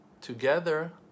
together